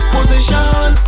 Position